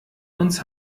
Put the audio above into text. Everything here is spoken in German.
uns